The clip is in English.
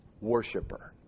worshiper